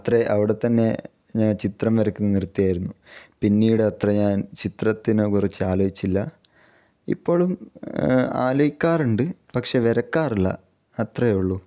അത്രയേ അവിടെ തന്നെ ഞാൻ ചിത്രം വരയ്ക്കുന്നത് നിർത്തിയായിരുന്നു പിന്നീട് അത്ര ഞാൻ ചിത്രത്തിനെ കുറിച്ച് ആലോചിച്ചില്ല ഇപ്പോഴും ആലോചിക്കാറുണ്ട് പക്ഷേ വരക്കാറില്ല അത്രയേ ഉള്ളു